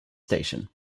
station